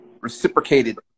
reciprocated